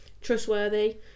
trustworthy